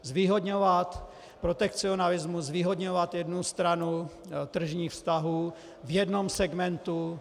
Zvýhodňovat protekcionalismus, zvýhodňovat jednu stranu tržních vztahů v jednom segmentu.